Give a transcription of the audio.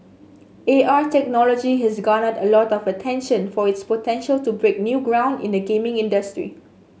A R technology has garnered a lot of attention for its potential to break new ground in the gaming industry